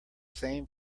same